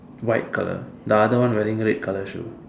white colour the other one wearing red colour shoe